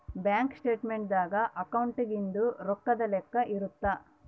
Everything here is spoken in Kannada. ಬ್ಯಾಂಕ್ ಸ್ಟೇಟ್ಮೆಂಟ್ ದಾಗ ಅಕೌಂಟ್ನಾಗಿಂದು ರೊಕ್ಕದ್ ಲೆಕ್ಕ ಇರುತ್ತ